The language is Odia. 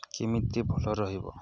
କେମିତି ଭଲ ରହିବ